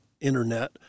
internet